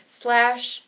slash